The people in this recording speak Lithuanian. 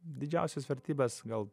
didžiausios vertybės gal